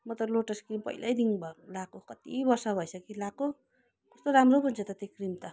म त lotus cream पहिल्यैदेखि भयो लाएको कति वर्ष भइसक्यो लाएको कस्तो राम्रो पो हुन्छ त त्यो क्रिम त